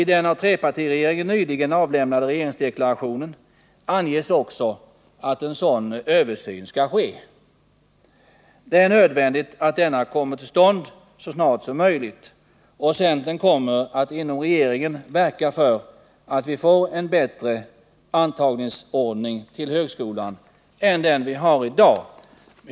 I den av trepartiregeringen nyligen avlämnade regeringsförklaringen anges också att en sådan översyn skall ske. Det är nödvändigt att den kommer till stånd så snart som möjligt. Centern kommer att inom regeringen verka för att vi får en bättre ordning för antagning till högskolan än den som gäller i dag.